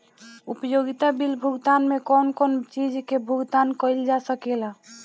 उपयोगिता बिल भुगतान में कौन कौन चीज के भुगतान कइल जा सके ला?